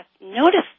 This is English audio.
notice